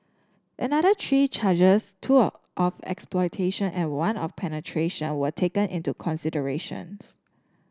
another three charges two of of exploitation and one of penetration were taken into consideration